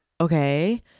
okay